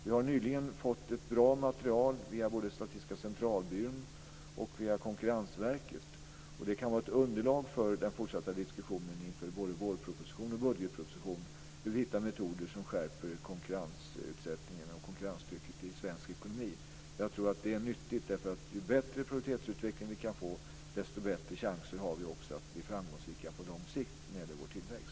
Vi har nyligen fått ett bra material via både Statistiska centralbyrån och Konkurrensverket. Det kan vara ett underlag för den fortsatta diskussionen inför både vårproposition och budgetproposition om hur vi hittar metoder som skärper konkurrensutsättningen och konkurrenstrycket i svensk ekonomi. Jag tror att det är nyttigt. Ju bättre produktivitetsutveckling vi kan få, desto bättre chanser har vi också att bli framgångsrika på lång sikt när det gäller vår tillväxt.